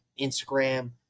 Instagram